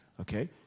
okay